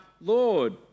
Lord